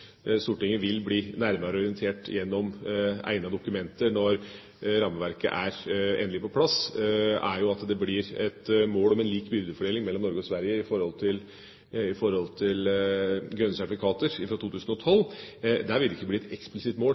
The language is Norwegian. Stortinget vil bli nærmere orientert om gjennom egnede dokumenter, når rammeverket er på plass – et mål om en lik byrdefordeling mellom Norge og Sverige når det gjelder grønne sertifikater fra 2012. Der vil det ikke bli et eksplisitt mål